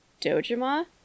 Dojima